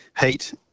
heat